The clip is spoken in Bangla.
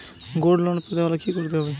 গোল্ড লোন পেতে হলে কি করতে হবে?